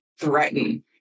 threaten